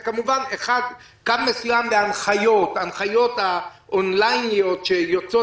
וכמובן, שצריך הנחיות שיוצאות